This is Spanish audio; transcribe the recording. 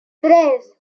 tres